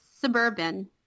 suburban